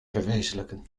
verwezenlijken